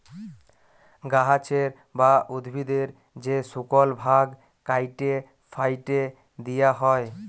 গাহাচের বা উদ্ভিদের যে শুকল ভাগ ক্যাইটে ফ্যাইটে দিঁয়া হ্যয়